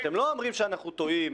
אתם לא אומרים שאנחנו טועים,